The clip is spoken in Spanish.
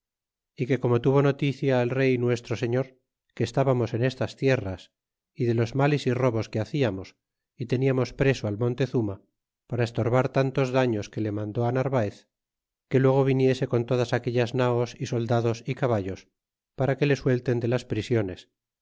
y que como tuvo noticia el rey nuestro señor que estábamos en estas tierras y de los males y robos que hacíamos y teniamos preso al montezuma para estorbar tantos daños que le mandó al narvaez que luego viniese con todas aquellas naos y soldados y caballos para que le suelten de las prisiones